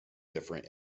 different